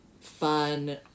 fun